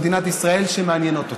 במדינת ישראל שמעניינות אותי,